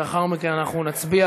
גם מזמין אתכם היום, תודה